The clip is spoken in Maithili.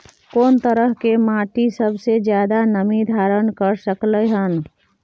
कोन तरह के माटी सबसे ज्यादा नमी धारण कर सकलय हन?